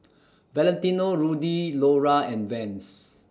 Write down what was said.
Valentino Rudy Lora and Vans